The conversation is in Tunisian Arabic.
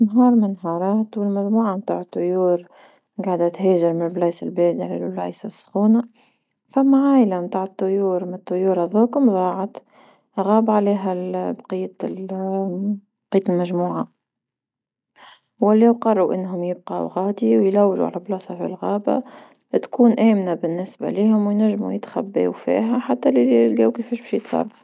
نهار من نهارات والمجموعة متاع الطيور قاعدة تهيج من بلايص الباردة لبلايص السخونة، فما عائلة متاع الطيور من الطيور هاذوكم ضاعت، غاب عليها بقية بقية المجموعة، ولاو قرو أنهم يبقاو غادي ويلوجو على بلاصة في الغابة أتكون أمنة بالنسبة ليهم وينجموا يتخباو فيها حتى يلقاو كفاش باش يتصرفو.